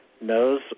knows